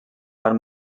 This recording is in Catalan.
van